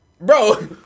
Bro